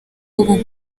ubu